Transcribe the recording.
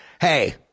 hey